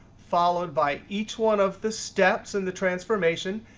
followed by each one of the steps in the transformation.